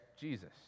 Jesus